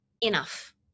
enough